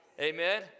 Amen